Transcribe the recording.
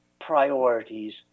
priorities